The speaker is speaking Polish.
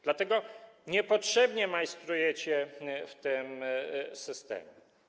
Dlatego niepotrzebnie majstrujecie w tym systemie.